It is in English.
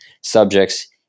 subjects